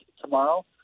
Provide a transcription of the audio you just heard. tomorrow